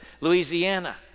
Louisiana